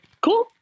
cool